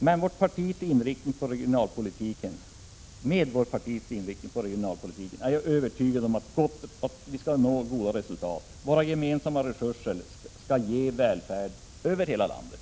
Med vårt partis inriktning på regionalpolitiken är jag övertygad om att goda resultat kan nås. Våra gemensamma resurser skall ge välfärd över hela landet.